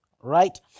right